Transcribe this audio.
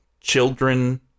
children